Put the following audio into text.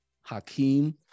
Hakeem